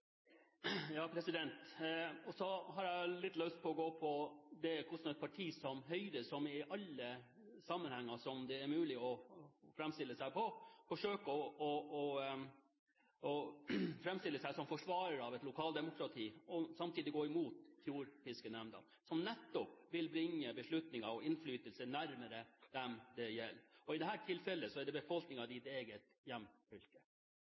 har jeg litt lyst til å ta opp hvordan et parti som Høyre som i alle mulige sammenhenger forsøker å framstille seg som forsvarer av lokaldemokratiet, og samtidig går imot fjordfiskenemnden, som nettopp vil bringe beslutninger og innflytelse nærmere dem det gjelder. I dette tilfellet er det befolkningen i ditt eget hjemfylke.